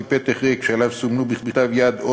כי פתק ריק שעליו סומנו בכתב יד אות